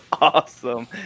awesome